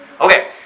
Okay